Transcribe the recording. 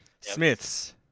Smith's